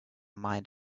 mind